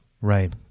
Right